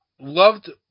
loved